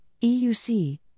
EUC